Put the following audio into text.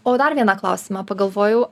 o dar vieną klausimą pagalvojau